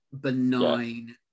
benign